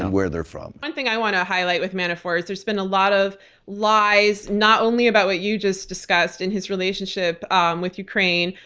and where they're from. one thing i want to highlight with manafort is there's been a lot of lies not only about what you just discussed in his relationship um with ukraine,